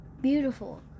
beautiful